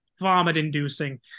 vomit-inducing